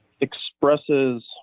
expresses